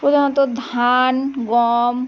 প্রধানত ধান গম